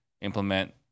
implement